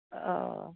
অঁ